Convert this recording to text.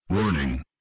Warning